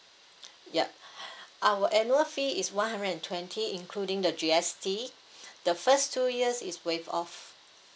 yup our annual fee is one hundred and twenty including the G_S_T the first two years is waived off